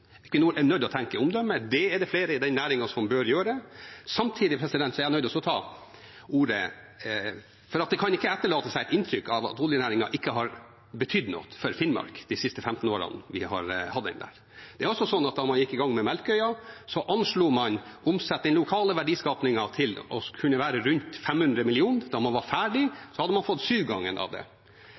er nødt til å tenke omdømme. Det er det nå flere i den næringen som bør gjøre. Samtidig er jeg nødt til å ta ordet, for det kan ikke etterlates det inntrykket at oljenæringen ikke har betydd noe for Finnmark de siste 15 årene da vi har hatt den der. Da de gikk i gang med Melkøya, anslo man den lokale verdiskapingen til å kunne være på rundt 500 mill. kr. Da man var ferdig, hadde man fått syv ganger det